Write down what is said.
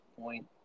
point